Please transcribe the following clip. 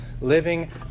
living